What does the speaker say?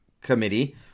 committee